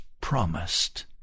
promised